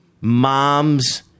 mom's